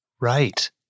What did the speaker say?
Right